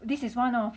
this is one of